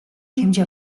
хэмжээ